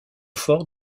fort